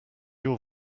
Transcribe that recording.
your